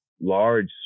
large